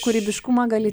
kūrybiškumą gali